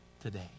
today